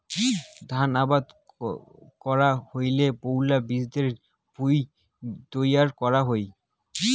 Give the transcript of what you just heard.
ধান আবাদ করা হইলে পৈলা বিচনের ভুঁই তৈয়ার করা হই